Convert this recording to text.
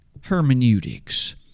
Hermeneutics